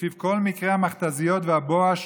ולפיו כל מקרי המכת"זיות והבואש